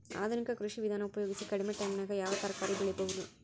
ಆಧುನಿಕ ಕೃಷಿ ವಿಧಾನ ಉಪಯೋಗಿಸಿ ಕಡಿಮ ಟೈಮನಾಗ ಯಾವ ತರಕಾರಿ ಬೆಳಿಬಹುದು?